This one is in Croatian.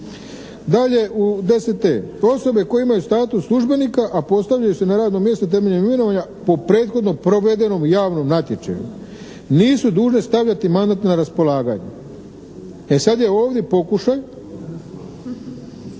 razumije./… Osobe koje imaju status službenika a postavljaju se na radno mjesto temeljem mirovanja po prethodno provedenom javnom natječaju nisu dužne stavljati mandat na raspolaganje. E sad je ovdje pokušaj,